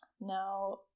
Now